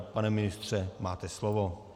Pane ministře, máte slovo.